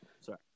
sorry